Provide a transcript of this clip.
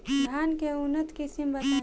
धान के उन्नत किस्म बताई?